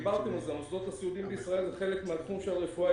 המוסדות הסיעודיים בישראל הם חלק מהתחום של הרפואה,